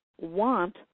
want